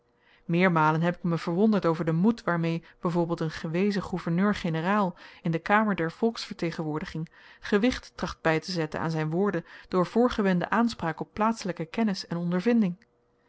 meermalen heb ik me verwonderd over den moed waarmee by voorbeeld een gewezen gouverneur-generaal in de kamer der volksvertegenwoordiging gewicht tracht bytezetten aan zyn woorden door voorgewende aanspraak op plaatselyke kennis en ondervinding